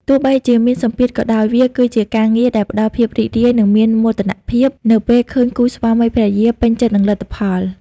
ទោះបីជាមានសម្ពាធក៏ដោយ វាគឺជាការងារដែល ផ្ដល់ភាពរីករាយ និងមានមោទនភាព នៅពេលឃើញគូស្វាមីភរិយាពេញចិត្តនឹងលទ្ធផល។